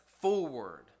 forward